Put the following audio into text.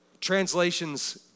Translations